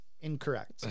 Incorrect